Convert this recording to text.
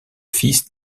fils